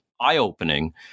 eye-opening